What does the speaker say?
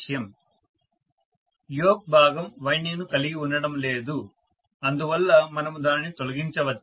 student యోక్ భాగం winding ను కలిగి ఉండడం లేదు అందువల్ల మనము దానిని తొలగించవచ్చా